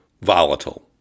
volatile